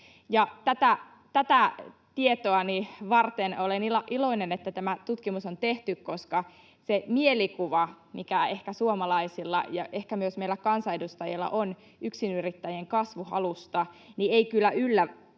Tätä tietoa vasten olen iloinen, että tämä tutkimus on tehty, koska siinä mielikuvassa, mikä ehkä suomalaisilla ja ehkä myös meillä kansanedustajilla on yksinyrittäjien kasvuhalusta, se ei kyllä yllä